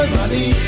money